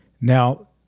Now